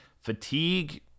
fatigue